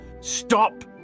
Stop